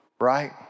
right